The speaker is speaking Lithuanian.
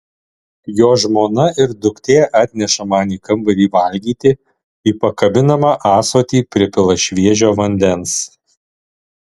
jo žmona ir duktė atneša man į kambarį valgyti į pakabinamą ąsotį pripila šviežio vandens